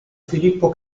filippo